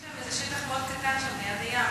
יש להם שטח מאוד קטן ליד הים.